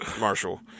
Marshall